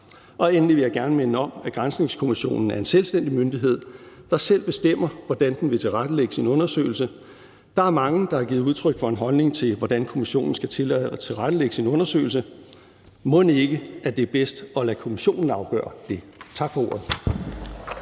Og endelig vil jeg gerne minde om, at granskningskommissionen er en selvstændig myndighed, der selv bestemmer, hvordan den vil tilrettelægge sin undersøgelse. Der er mange, der har givet udtryk for en holdning til, hvordan kommissionen skal tilrettelægge sin undersøgelse, men mon ikke det er bedst at lade kommissionen afgøre det? Tak for ordet.